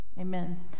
Amen